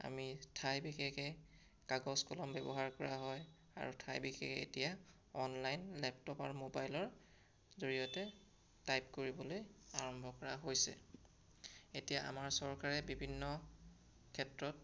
আমি ঠাই বিশেষে কাগজ কলম ব্যৱহাৰ কৰা হয় আৰু ঠাই বিশেষে এতিয়া অনলাইন লেপটপ আৰু মোবাইলৰ জড়িয়তে টাইপ কৰিবলৈ আৰম্ভ কৰা হৈছে এতিয়া আমাৰ চৰকাৰে বিভিন্ন ক্ষেত্ৰত